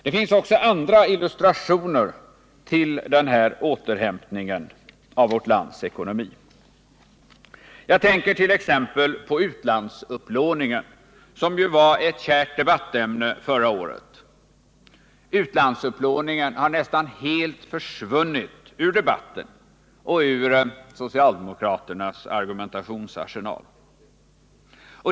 Det finns också andra illustrationer till denna återhämtning av vårt lands ekonomi. Jag tänker på t.ex. utlandsupplåningen, som ju var ett kärt debattämne förra året. Utlandsupplåningen har nästan helt försvunnit ur debatten och ur socialdemokraternas argumentationsarsenal.